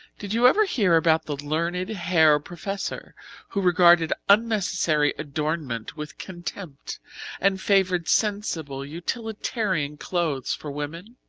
did you ever hear about the learned herr professor who regarded unnecessary adornment with contempt and favoured sensible, utilitarian clothes for women?